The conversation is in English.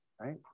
right